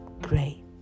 Great